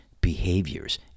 behaviors